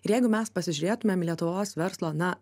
ir jeigu mes pasižiūrėtumėm į lietuvos verslo na